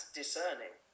discerning